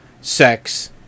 sex